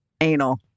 anal